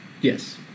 Yes